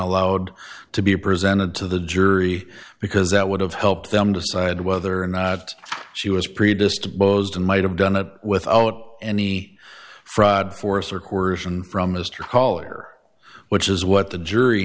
allowed to be presented to the jury because that would have helped them decide whether or not she was predisposed and might have done it without any fraud force or coercion from mr hall or which is what the jury